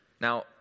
Now